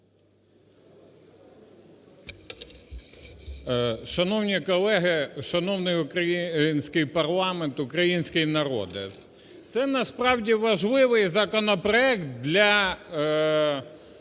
Шановні колеги, шановний український парламент, український народе! Це насправді важливий законопроект для